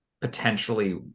potentially